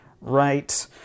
right